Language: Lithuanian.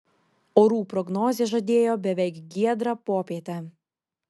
orų prognozė žadėjo beveik giedrą popietę